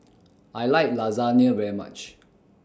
I like Lasagne very much